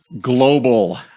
Global